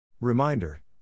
Reminder